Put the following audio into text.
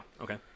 okay